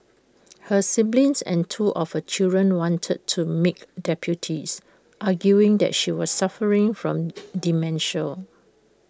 her siblings and two of her children wanted to make deputies arguing that she was suffering from dementia